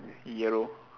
yellow